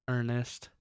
Ernest